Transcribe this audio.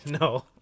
No